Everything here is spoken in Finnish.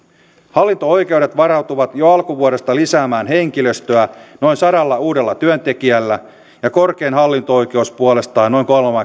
hallinto oikeudet varautuvat jo alkuvuodesta lisäämään henkilöstöä noin sadalla uudella työntekijällä ja korkein hallinto oikeus puolestaan noin